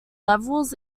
levels